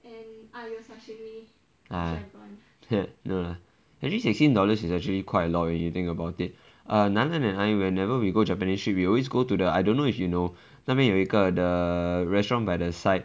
no lah at least sixteen dollars is actually quite a lot already if you think about it err nan en and I whenever we go japanese street we always go to the I don't know if you know 那边有一个 the restaurant by the side